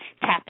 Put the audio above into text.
tap